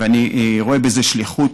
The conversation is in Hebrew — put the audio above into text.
ואני רואה בזה שליחות.